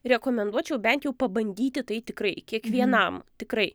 rekomenduočiau bent jau pabandyti tai tikrai kiekvienam tikrai